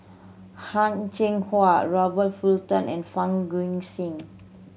Heng Cheng Hwa Robert Fullerton and Fang Guixiang